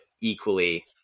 equally